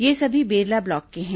ये सभी बेरला ब्लॉक के हैं